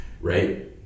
right